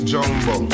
Jumbo